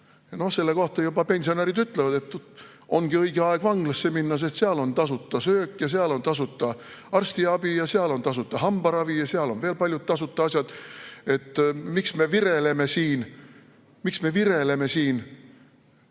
No selle kohta juba pensionärid ütlevad, et ongi õige aeg vanglasse minna, sest seal on tasuta söök ja seal on tasuta arstiabi ja seal on tasuta hambaravi ja seal on veel paljud tasuta asjad. Miks me vireleme siin? Miks me vireleme siin